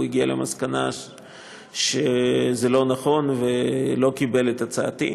הוא הגיע למסקנה שזה לא נכון ולא קיבל את הצעתי.